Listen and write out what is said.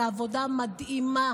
על העבודה המדהימה,